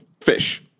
fish